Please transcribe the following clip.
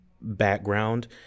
Background